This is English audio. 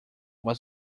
was